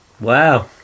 Wow